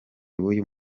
w’uyu